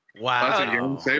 Wow